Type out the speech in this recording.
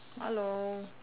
hello